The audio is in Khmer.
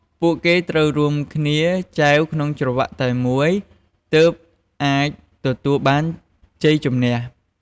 ពួកគេត្រូវរួមគ្នាចែវក្នុងចង្វាក់តែមួយ ទើបអាចទទួលបានជ័យជំនះ។